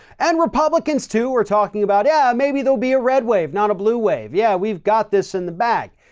and republicans, too, are talking about, yeah, maybe there'll be a red wave, not a blue wave. yeah, we've got this in the bag.